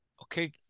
Okay